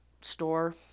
store